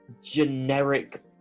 generic